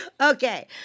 Okay